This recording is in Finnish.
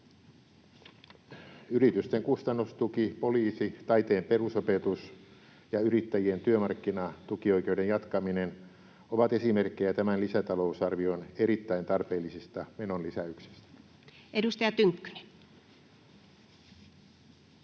Yritysten kustannustuki, poliisi, taiteen perusopetus ja yrittäjien työmarkkinatukioikeuden jatkaminen ovat esimerkkejä tämän lisätalousarvion erittäin tarpeellisista menonlisäyksistä. Edustaja Tynkkynen.